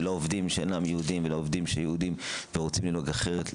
לעובדים שאינם יהודים ולעובדים היהודים שרוצים לנהוג אחרת,